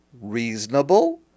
reasonable